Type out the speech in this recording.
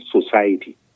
society